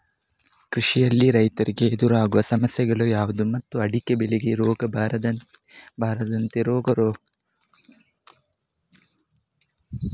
ಕೃಷಿಯಲ್ಲಿ ರೈತರಿಗೆ ಎದುರಾಗುವ ಸಮಸ್ಯೆಗಳು ಯಾವುದು ಮತ್ತು ಅಡಿಕೆ ಬೆಳೆಗೆ ರೋಗ ಬಾರದಂತೆ ಯಾವ ರೋಗ ನಿರೋಧಕ ವನ್ನು ಸಿಂಪಡಿಸಲಾಗುತ್ತದೆ?